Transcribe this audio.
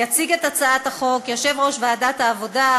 יציג את הצעת החוק יושב-ראש ועדת העבודה,